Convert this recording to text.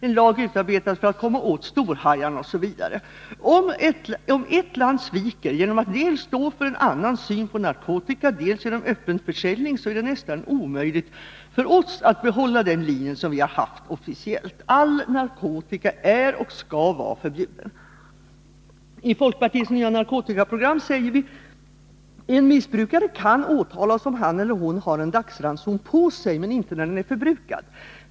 En lag utarbetas för att man skall kunna komma åt storhajarna OSV. Om ett land sviker dels genom att stå för en annan syn på narkotikan, dels genom att tillåta öppen försäljning, är det nästan omöjligt för oss att stå fast vid den linje som vi följt officiellt. All narkotika är och skall vara förbjuden. I folkpartiets nya narkotikaprogram säger vi: ”En missbrukare kan åtalas om han eller hon har en dagsranson på sig men inte när den är förbrukad.